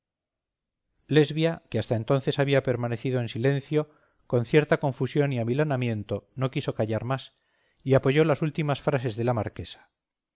lesbia que hasta entonces había permanecido en silencio con cierta confusión y amilanamiento no quiso callar más y apoyó las últimas frases de la marquesa